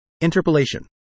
Interpolation